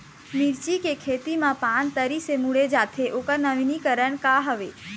मिर्ची के खेती मा पान तरी से मुड़े जाथे ओकर नवीनीकरण का हवे?